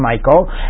Michael